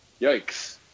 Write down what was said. yikes